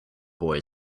boy